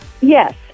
Yes